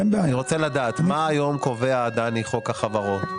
אני רוצה לדעת, מה היום קובע, דני, חוק החברות?